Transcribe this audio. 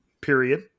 period